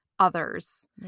others